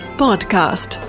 podcast